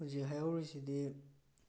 ꯍꯧꯖꯤꯛ ꯍꯥꯏꯍꯧꯔꯤꯁꯤꯗꯤ